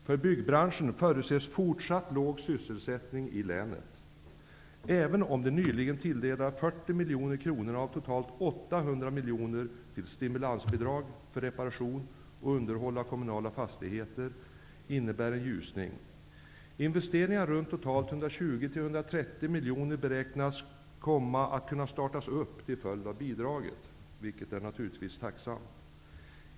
För byggbranschen förutses fortsatt låg sysselsättning i länet, även om de nyligen tilldelade 40 miljoner kronor av totalt 800 miljoner i stimulansbidrag för reparation och underhåll av kommunala fastigheter innebär en ljusning. Investeringar totalt runt 120--130 miljoner beräknas kunna komma till stånd till följd av bidraget, vilket naturligtvis är tacksamt.